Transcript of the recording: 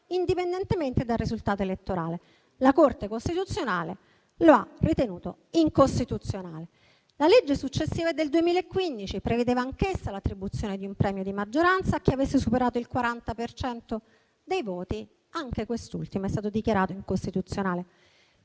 indipendentemente dal risultato elettorale. La Corte costituzionale l'ha ritenuta incostituzionale. La legge successiva è del 2015 e prevedeva anch'essa l'attribuzione di un premio di maggioranza a chi avesse superato il 40 per cento dei voti. Anche quest'ultima è stata dichiarata incostituzionale.